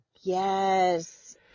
yes